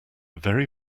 very